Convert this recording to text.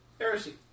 Heresy